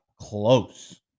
close